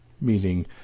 meaning